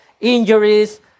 injuries